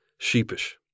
sheepish